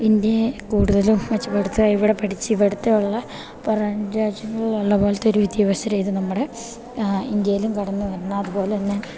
ഇന്ത്യയെ കൂട്തലും മെച്ചപ്പെട്ത്താ ഇവടെ പഠിച്ച് ഇവിടത്തെയൊള്ള പൊറം രാജ്യങ്ങൾലൊള്ള പോലത്തെയൊരു വിദ്യാഭ്യാസരീതി നമ്മടെ ഇന്ത്യയ്ലും കടന്ന് വരണം അതുപോലെന്നെ